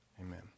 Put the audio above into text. Amen